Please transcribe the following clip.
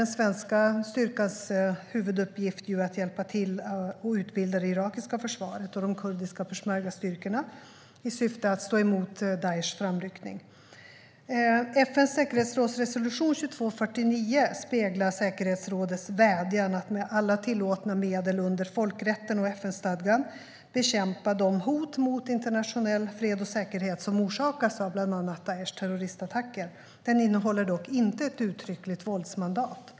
Den svenska styrkans huvuduppgift är att hjälpa till med att utbilda det irakiska försvaret och de kurdiska peshmergastyrkorna i syfte att de ska kunna stå emot Daishs framryckning. FN:s säkerhetsråds resolution 2249 speglar säkerhetsrådets vädjan om att med alla tillåtna medel under folkrätten och FN-stadgan bekämpa de hot mot internationell fred och säkerhet som orsakas av bland annat Daishs terroristattacker. Den innehåller dock inte ett uttryckligt våldsmandat.